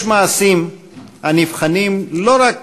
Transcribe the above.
יש מעשים הנבחנים לא רק